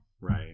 Right